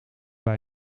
bij